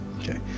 Okay